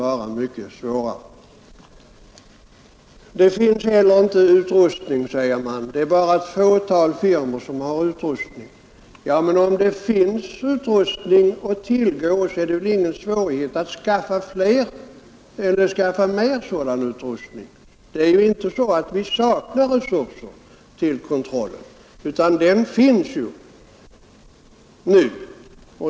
Likaså har man sagt att vi inte har den utrustning som erfordras och att det bara finns sådan utrustning hos ett fåtal firmor. Ja, men om det nu finns sådan utrustning att tillgå, så är det väl inga svårigheter att skaffa mer av den varan! Vi saknar ju inte resurserna för att göra dessa kontroller. De finns redan.